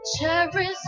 Cherish